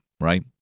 right